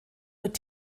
wird